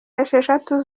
esheshatu